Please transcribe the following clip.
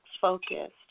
focused